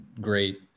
great